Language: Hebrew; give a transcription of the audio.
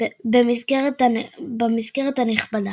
במסגרת הנכבה.